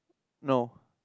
no